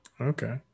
Okay